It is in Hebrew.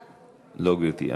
לא, גברתי.